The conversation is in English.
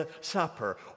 Supper